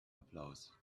applaus